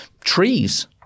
Trees